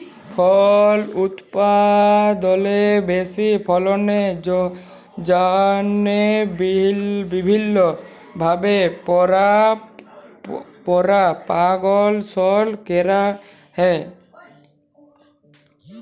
ফল উৎপাদলের বেশি ফললের জ্যনহে বিভিল্ল্য ভাবে পরপাগাশল ক্যরা হ্যয়